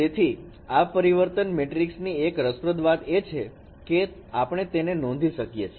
તેથી આ પરિવર્તન મેટ્રિક્સ ની એક રસપ્રદ વાત એ છે કે આપણે તેને નોંધી શકીએ છીએ